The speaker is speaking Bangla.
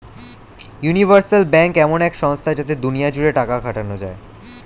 ইউনিভার্সাল ব্যাঙ্ক এমন এক সংস্থা যাতে দুনিয়া জুড়ে টাকা খাটানো যায়